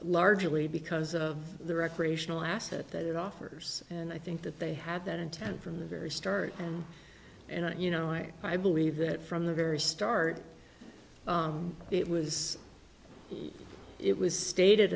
largely because of the recreational asset that it offers and i think that they had that intent from the very start and you know i i believe that from the very start it was it was stated